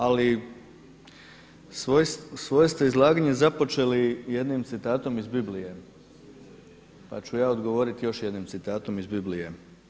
Ali svoje ste izlaganje započeli jednim citatom iz Biblije, pa ću ja odgovoriti još jednim citatom iz Biblije.